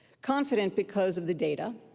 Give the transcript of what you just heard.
confident because of the data,